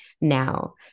now